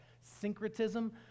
syncretism